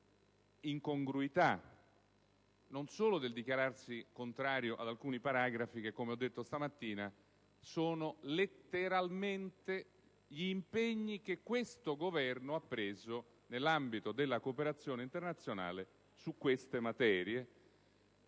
l'incongruità non solo del dichiararsi contrario ad alcuni paragrafi che, come ho detto stamattina, sono letteralmente uguali gli impegni che questo Governo ha assunto nell'ambito della cooperazione internazionale su queste materie,